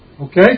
Okay